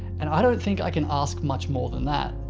and i don't think i can ask much more than that.